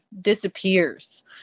disappears